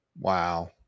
Wow